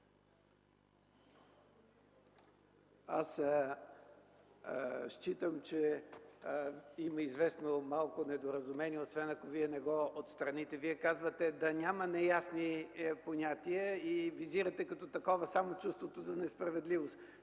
Считам, че има известно недоразумение, освен ако Вие не го отстраните. Вие казвате: „Да няма неясни понятия” и визирате като такова само чувството за несправедливост.